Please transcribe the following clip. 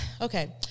okay